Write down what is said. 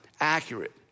accurate